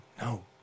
No